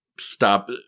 stop